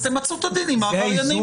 תמצו את הדין עם העבריינים.